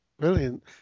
Brilliant